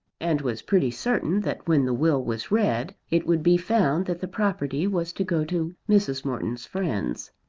and was pretty certain that when the will was read it would be found that the property was to go to mrs. morton's friends.